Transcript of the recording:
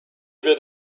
wird